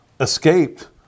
escaped